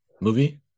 movie